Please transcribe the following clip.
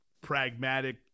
pragmatic